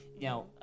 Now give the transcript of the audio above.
Now